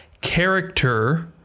character